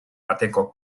bateko